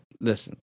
listen